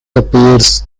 appears